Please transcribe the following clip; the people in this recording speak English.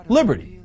liberty